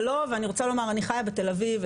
אני רוצה לומר, אני חיה בתל אביב.